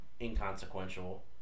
inconsequential